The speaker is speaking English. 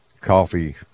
coffee